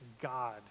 God